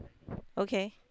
okay